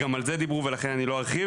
וגם על זה דיברו ולכן אני לא ארחיב.